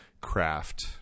craft